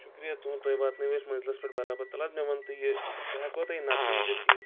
شُکریہ تُہُنٛد تۄہہِ واتنٲوِو أسۍ مٔنٛزِلَس پؠٹھ برابر تَلہٕ حظ مےٚ وَن تُہۍ یہِ بہٕ ہؠکو تۄہہِ نقدٕے دِتھ یہِ